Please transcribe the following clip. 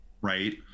right